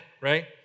right